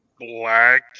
Black